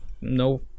no